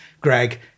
Greg